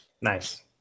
Nice